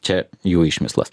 čia jų išmislas